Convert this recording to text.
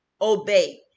Obey